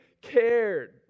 cared